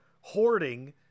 hoarding